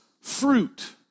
fruit